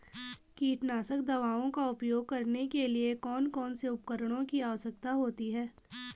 कीटनाशक दवाओं का उपयोग करने के लिए कौन कौन से उपकरणों की आवश्यकता होती है?